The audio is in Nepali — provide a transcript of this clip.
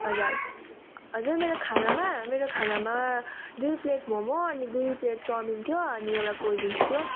हजुर हजुर मेरो खानामा मेरो खानामा दुई प्लेट मम अनि दुई प्लेट चाउमिन थियो अनि एउटा कोल्ड ड्रिङ्क्स थियो